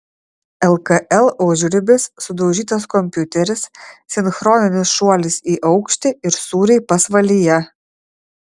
lkl užribis sudaužytas kompiuteris sinchroninis šuolis į aukštį ir sūriai pasvalyje